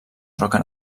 roca